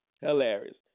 Hilarious